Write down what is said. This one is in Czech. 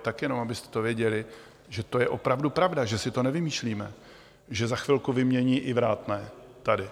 Tak jenom abyste to věděli, že to je opravdu pravda, že si to nevymýšlíme, že za chvilku vymění i vrátné tady.